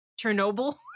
Chernobyl